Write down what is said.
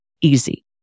Easy